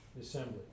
assembly